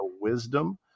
wisdom